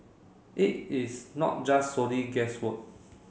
it is not just solely guesswork